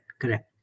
Correct